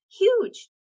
huge